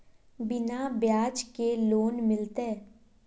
बिना ब्याज के लोन मिलते?